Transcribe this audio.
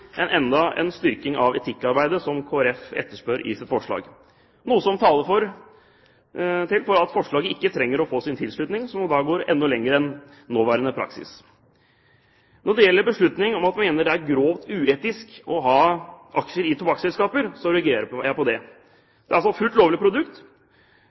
enda en styrking av etikkarbeidet som Kristelig Folkeparti etterspør i sitt forslag, noe som taler for at forslaget, som jo går enda lenger enn nåværende praksis, ikke trenger å få tilslutning. Når det gjelder beslutningen om at det er grovt uetisk å ha aksjer i tobakksselskaper, reagerer jeg på det. Det er et fullt lovlig produkt,